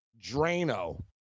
Drano